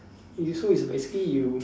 you so is basically you